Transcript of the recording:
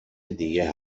دیگه